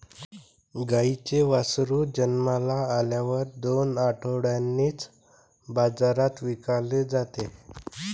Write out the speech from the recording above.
गाईचे वासरू जन्माला आल्यानंतर दोन आठवड्यांनीच बाजारात विकले जाते